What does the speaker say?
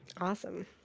Awesome